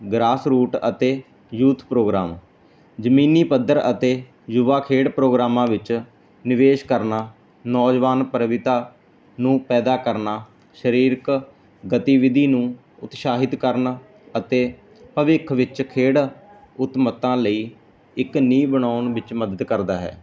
ਗਰਾਸ root ਅਤੇ youth programme ਜਮੀਨੀ ਪੱਧਰ ਅਤੇ ਯੁਵਾ ਖੇਡ ਪ੍ਰੋਗਰਾਮਾਂ ਵਿੱਚ ਨਿਵੇਸ਼ ਕਰਨਾ ਨੌਜਵਾਨ ਪਰਵਿਤਾ ਨੂੰ ਪੈਦਾ ਕਰਨਾ ਸਰੀਰਕ ਗਤੀਵਿਧੀ ਨੂੰ ਉਤਸਾਹਿਤ ਕਰਨਾ ਅਤੇ ਭਵਿੱਖ ਵਿੱਚ ਖੇਡ ਉੱਤਮਤਾ ਲਈ ਇੱਕ ਨੀਹ ਬਣਾਉਣ ਵਿੱਚ ਮਦਦ ਕਰਦਾ ਹੈ